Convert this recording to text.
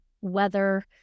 weather